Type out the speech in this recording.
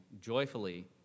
joyfully